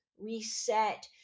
reset